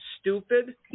stupid